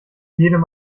jedem